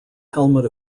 helmet